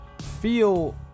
feel